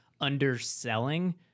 underselling